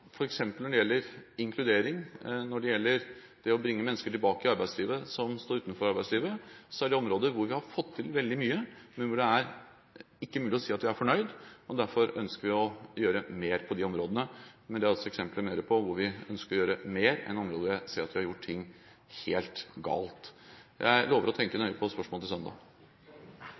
at når det gjelder f.eks. inkludering, når det gjelder å bringe mennesker som står utenfor arbeidslivet, tilbake til arbeidslivet, er det områder hvor vi har fått til veldig mye, men hvor det ikke er mulig å si at vi er fornøyd. Derfor ønsker vi å gjøre mer på de områdene. Men det er altså i større grad eksempler på at vi ønsker å gjøre mer enn eksempler på områder hvor jeg vil si at vi har gjort ting helt galt. Jeg lover å tenke nøye på spørsmålet til søndag!